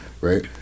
right